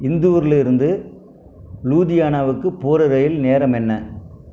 இந்தூரில்ருந்து லூதியானாவுக்குப் போகிற ரயில் நேரம் என்ன